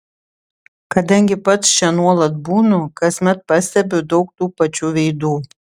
kadangi pats čia nuolat būnu kasmet pastebiu daug tų pačių veidų